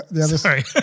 Sorry